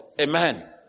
Amen